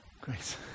Great